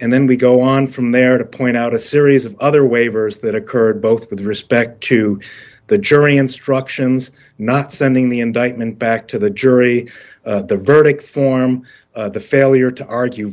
and then we go on from there to point out a series of other waivers that occurred both with respect to the jury instructions not sending the indictment back to the jury the verdict form the failure to argue